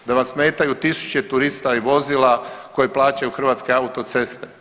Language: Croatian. Da li vam smetaju tisuće turista i vozila koji plaćaju hrvatske autoceste?